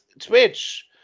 Twitch